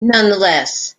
nonetheless